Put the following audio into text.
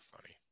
funny